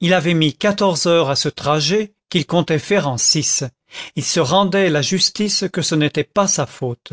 il avait mis quatorze heures à ce trajet qu'il comptait faire en six il se rendait la justice que ce n'était pas sa faute